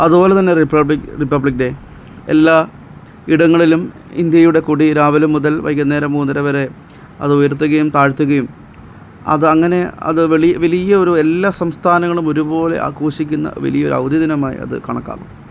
അതുപോലെ തന്നെ republic republic day എല്ലാ ഇടങ്ങളിലും ഇന്ത്യയുടെ കൊടി രാവിലെ മുതൽ വൈകുന്നേരം മൂന്നര വരെ അത് ഉയർത്തുകയും താഴ്ത്തുകയും അത് അങ്ങനെ അത് വെളി വലിയ ഒരു എല്ലാ സംസ്ഥാനങ്ങലും ഒരുപോലെ ആഘോഷിക്കുന്ന വലിയ ഒരു അവധി ദിനമായി അത് കണക്കാക്കും